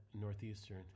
Northeastern